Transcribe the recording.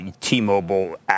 T-Mobile